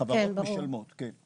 החברות משלמות, כן.